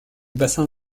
bassin